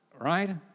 right